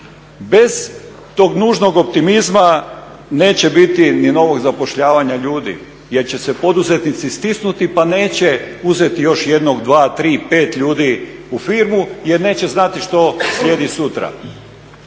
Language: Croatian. bez tog nužnog optimizma neće biti ni novog zapošljavanja ljudi jer će se poduzetnici stisnuti pa neće uzeti jednog, dva, tri, pet ljudi u firmu jer neće znati što slijedi sutra.